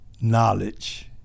knowledge